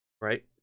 right